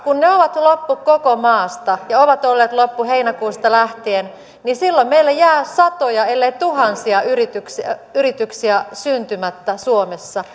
kun starttirahat ovat loppu koko maasta ja ovat olleet loppu heinäkuusta lähtien meillä jää satoja ellei tuhansia yrityksiä yrityksiä syntymättä suomessa